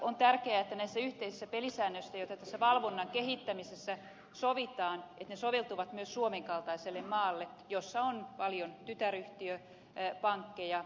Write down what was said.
on tärkeää että nämä yhteiset pelisäännöt joita valvonnan kehittämisessä sovitaan soveltuvat myös suomen kaltaiselle maalle jossa on paljon tytäryhtiöpankkeja